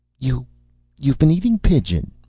you you've been eating pigeon,